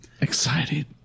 Excited